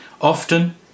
Often